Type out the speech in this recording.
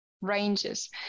ranges